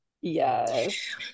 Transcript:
Yes